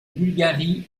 bulgarie